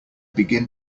begin